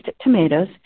tomatoes